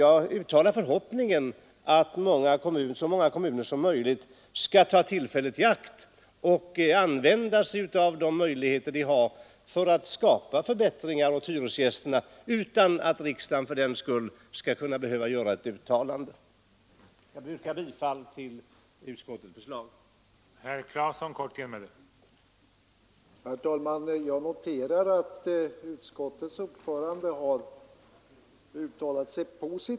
Jag uttalar förhoppningen att så många kommuner som möjligt tar tillfället i akt och använder de möjligheter de har för att skapa förbättringar åt hyresgästerna utan att riksdagen fördenskull skall behöva göra ett uttalande.